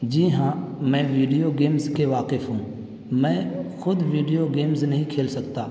جی ہاں میں video games کے واقف ہوں میں خود ویڈیو گیمز نہیں کھیل سکتا